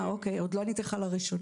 אוקי, עוד לא עניתי לך על הראשונה.